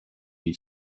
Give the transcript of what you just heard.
się